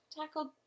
tackled